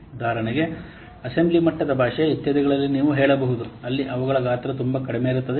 ಉದಾಹರಣೆಗೆ ಅಸೆಂಬ್ಲಿ ಮಟ್ಟದ ಭಾಷೆ ಇತ್ಯಾದಿಗಳಲ್ಲಿ ನೀವು ಹೇಳಬಹುದು ಅಲ್ಲಿ ಅವುಗಳ ಗಾತ್ರ ತುಂಬ ಕಡಿಮೆ ಇರುತ್ತದೆ